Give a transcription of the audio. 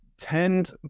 tend